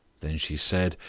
then she said,